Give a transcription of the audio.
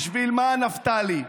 בשביל מה, נפתלי?